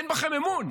אין בכם אמון,